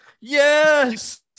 yes